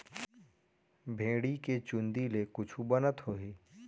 भेड़ी के चूंदी ले कुछु बनत होही?